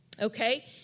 Okay